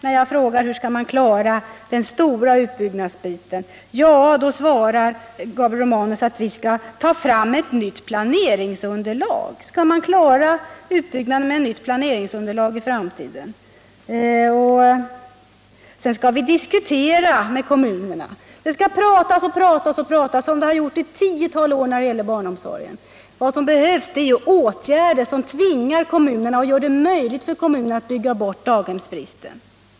När jag frågar hur den stora utbyggnadsbiten skall klaras svarar Gabriel Romanus att man skall ta fram ett nytt planeringsunderlag. Skall man klara utbyggnaden i framtiden med ett nytt planeringsunderlag? Sedan skall vi diskutera med kommunerna. Det skall pratas och pratas, som det gjorts i tiotals år när det gäller barnomsorgen. Vad som behövs är åtgärder som tvingar kommunerna och gör det möjligt för dem att bygga bort daghemsbristen.